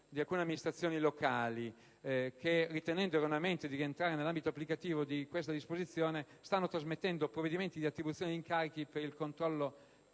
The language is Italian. di alcune amministrazioni locali, che ritenendo di rientrare nell'ambito applicativo di questa disposizione stanno trasmettendo provvedimenti di attribuzione di incarichi per il controllo